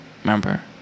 Remember